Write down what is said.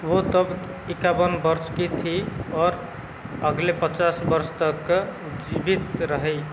वो तब इक्कावन वर्ष की थीं और अगले पचास वर्ष तक जीवित रही